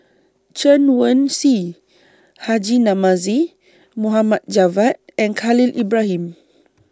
Chen Wen Hsi Haji Namazie Mohd Javad and Khalil Ibrahim